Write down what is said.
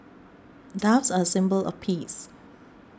doves are a symbol of peace